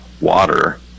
water